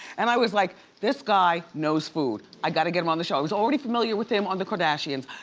and i was like this guy knows food. i gotta get him on the show. i was already familiar with him on the kardashians.